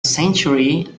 century